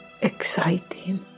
exciting